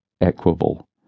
Equable